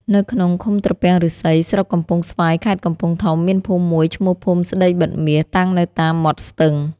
នៅក្នុងឃុំត្រពាំងឫស្សី ស្រុកកំពង់ស្វាយ ខេត្តកំពង់ធំ មានភូមិមួយ ឈ្មោះភូមិស្តីបិទមាស តាំងនៅតាម មាត់ស្ទឹង។